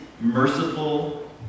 merciful